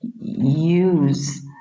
use